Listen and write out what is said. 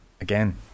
again